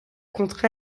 contre